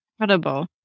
Incredible